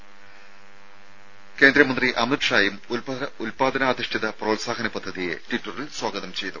ആഭ്യന്തരമന്ത്രി അമിത് ഷായും ഉല്പാദനാധിഷ്ഠിത പ്രോത്സാഹന പദ്ധതിയെ ട്വിറ്ററിൽ സ്വാഗതം ചെയ്തു